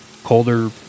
Colder